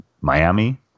Miami